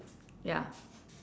ya